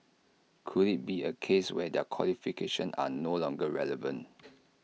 could IT be A case where their qualifications are no longer relevant